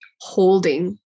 holding